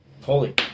Holy